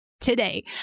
today